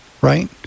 right